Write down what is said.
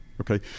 okay